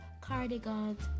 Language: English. cardigans